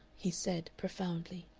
he said, profoundly.